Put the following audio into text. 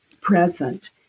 Present